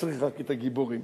צריך רק את הגיבורים